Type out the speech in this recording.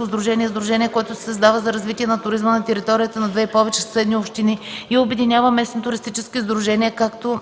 сдружение” е сдружение, което се създава за развитие на туризма на територията на две и повече съседни общини и обединява местни туристически сдружения, както